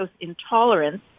intolerance